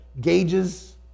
gauges